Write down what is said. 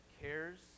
cares